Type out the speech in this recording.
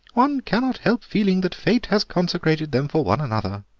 one cannot help feeling that fate has consecrated them for one another.